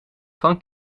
van